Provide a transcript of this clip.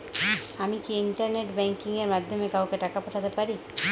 আমি কি internet banking এর মাধ্যমে কাওকে টাকা পাঠাতে পারি?